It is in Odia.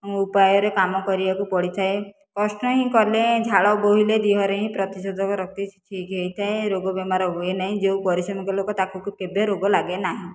ଉପାୟରେ କାମ କରିବାକୁ ପଡ଼ିଥାଏ କଷ୍ଟ ହିଁ କଲେ ଝାଳ ବୋହିଲେ ଦେହରେ ହିଁ ପ୍ରତିଷୋଧକ ଶକ୍ତି ଠିକ ହୋଇଥାଏ ରୋଗ ବେମାର ହୁଏ ନାହିଁ ଯେଉଁ ପରିଶ୍ରମିକ ଲୋକ ତାକୁ କେବେ ରୋଗ ଲାଗେ ନାହିଁ